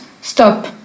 stop